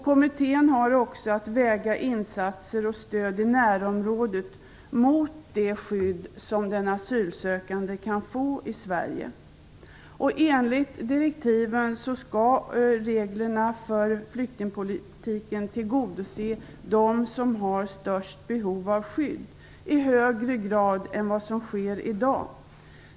Kommittén har också att väga insatser och stöd i närområdet mot det skydd som den asylsökande kan få i Sverige. Enligt direktiven skall reglerna för flyktingpolitiken tillgodose dem som har störst behov av skydd i högre grad än vad som sker i dag.